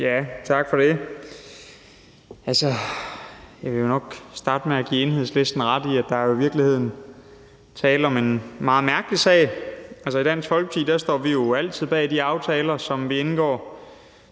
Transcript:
Tak for det. Jeg vil starte med at give Enhedslisten ret i, at der jo i virkeligheden er tale om en meget mærkelig sag. Altså, i Dansk Folkeparti står jo altid bag de aftaler, som vi indgår.